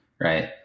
right